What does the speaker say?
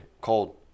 Cold